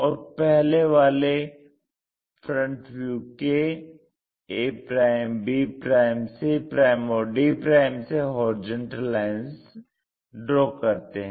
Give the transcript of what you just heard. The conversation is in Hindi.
और पहले वाले FV के a b c और d से हॉरिजॉन्टल लाइन्स ड्रा करते हैं